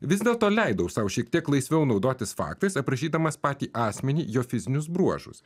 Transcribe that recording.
vis dėlto leidau sau šiek tiek laisviau naudotis faktais aprašydamas patį asmenį jo fizinius bruožus